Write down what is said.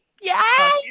Yes